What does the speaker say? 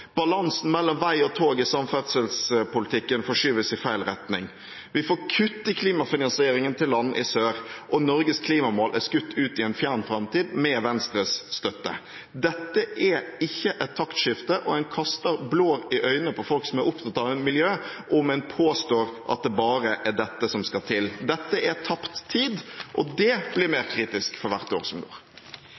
Balansen mellom vei og tog i samferdselspolitikken forskyves i feil retning. Vi får kutt i klimafinansieringen til land i sør, og Norges klimamål er skutt ut i en fjern framtid med Venstres støtte. Dette er ikke et taktskifte, og en kaster blår i øynene på folk som er opptatt av miljø, om en påstår at det bare er dette som skal til. Dette er tapt tid, og det blir mer kritisk for hvert år som går.